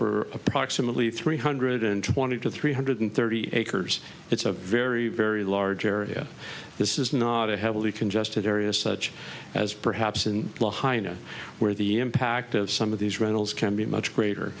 er approximately three hundred and twenty to three hundred thirty acres it's a very very large area this is not a heavily congested area such as perhaps in la hina where the impact of some of these rentals can be much greater